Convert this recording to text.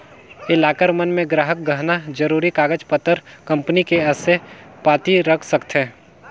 ये लॉकर मन मे गराहक गहना, जरूरी कागज पतर, कंपनी के असे पाती रख सकथें